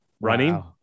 Running